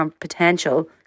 potential